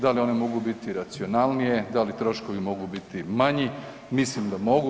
Da li one mogu biti i racionalnije, da li troškovi mogu biti manji, mislim da mogu.